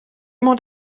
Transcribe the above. mount